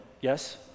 yes